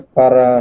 para